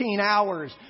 hours